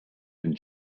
and